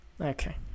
Okay